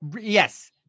Yes